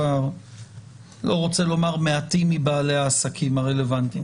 אני לא רוצה לומר מעטים מבעלי העסקים הרלוונטיים,